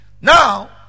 Now